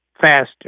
faster